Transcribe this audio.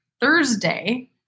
Thursday